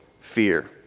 fear